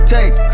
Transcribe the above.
Take